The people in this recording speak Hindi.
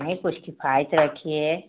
नहीं कुछ किफायत रखिए